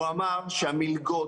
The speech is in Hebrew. הוא אמר שהמלגות